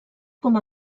com